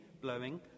blowing